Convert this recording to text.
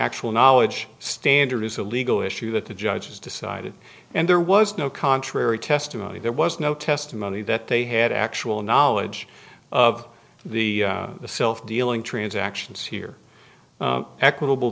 actual knowledge standard is a legal issue that the judge has decided and there was no contrary testimony there was no testimony that they had actual knowledge of the self dealing transactions here equitable